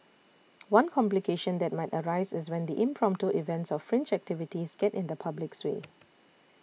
one complication that might arise is when the impromptu events or fringe activities get in the public's way